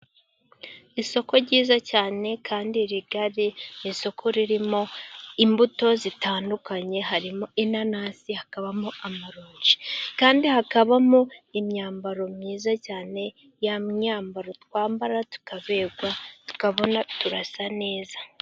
Isoko ryiza cyane kandi rigari，ni isoko ririmo imbuto zitandukanye， harimo inanasi，hakabamo amaronji，kandi hakabamo imyambaro myiza cyane， ya myambaro twambara tukaberwa， tukabona turasa neza.